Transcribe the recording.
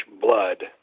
blood